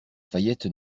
fayette